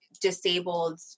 disabled